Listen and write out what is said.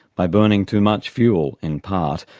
by burning too much fuel, in part,